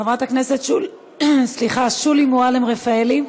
חברת הכנסת שולי מועלם-רפאלי,